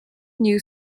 new